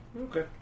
Okay